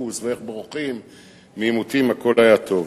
פוקוס ואיך בורחים מעימותים הכול היה טוב.